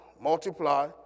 multiply